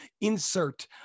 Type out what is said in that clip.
insert